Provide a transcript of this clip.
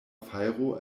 fajro